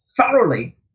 thoroughly